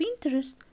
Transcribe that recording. Pinterest